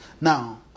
Now